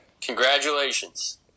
Congratulations